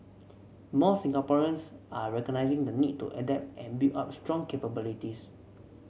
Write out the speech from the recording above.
more Singaporeans are recognising the need to adapt and build up strong capabilities